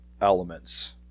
elements